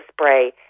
spray